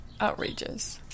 outrageous